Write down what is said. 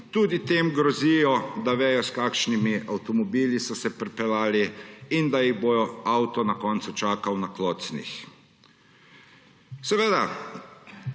tudi grozijo, da vedo, s kakšnimi avtomobili so se pripeljali in da jih bo avto na koncu čakal na klocnih. Seveda,